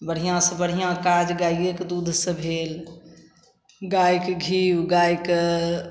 बढ़िआँसँ बढ़िआँ काज गाइएके दूधसे भेल गाइके घी गाइके